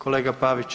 Kolega Pavić